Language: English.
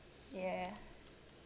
ya